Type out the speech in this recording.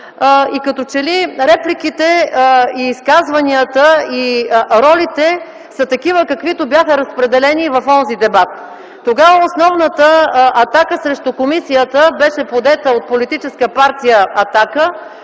г. Като че ли репликите, изказванията и ролите са такива, каквито бяха разпределени в онзи дебат. Тогава основната атака срещу комисията беше подета от Политическа партия „Атака”.